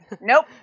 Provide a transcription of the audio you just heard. Nope